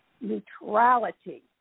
neutrality